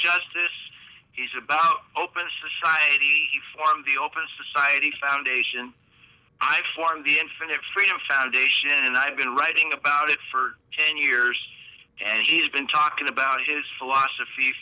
justice is about open society form the open society foundation i formed the infinite freedom foundation and i've been writing about it for ten years and he's been talking about his philosophy